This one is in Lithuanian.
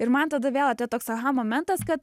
ir man tada vėl atėjo toks aha momentas kad